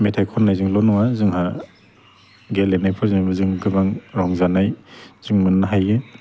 मेथाइ खन्नायजोंल' नङा जोंहा गेलेनायफोरजोंबो जों गोबां रंजानाय जों मोननो हायो